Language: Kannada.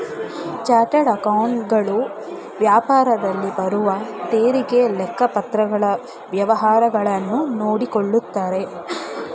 ಚಾರ್ಟರ್ಡ್ ಅಕೌಂಟೆಂಟ್ ಗಳು ವ್ಯಾಪಾರದಲ್ಲಿ ಬರುವ ತೆರಿಗೆ, ಲೆಕ್ಕಪತ್ರಗಳ ವ್ಯವಹಾರಗಳನ್ನು ನೋಡಿಕೊಳ್ಳುತ್ತಾರೆ